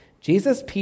jesus